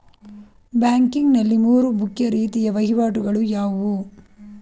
Banking ನಲ್ಲಿ ಮೂರು ಮುಖ್ಯ ರೀತಿಯ ವಹಿವಾಟುಗಳು ಯಾವುವು?